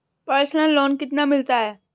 Personal loan कितना मिलता है?